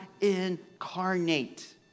incarnate